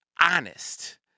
honest